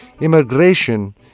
Immigration